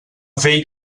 vell